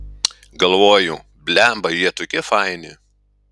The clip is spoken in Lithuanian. galvoju blemba jie tokie faini